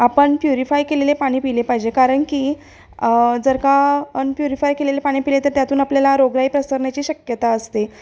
आपण प्युरीफाय केलेले पाणी प्याले पाहिजे कारण की जर का अनप्युरीफाय केलेले पाणी प्याले तर त्यातून आपल्याला रोगराई पसरण्याची शक्यता असते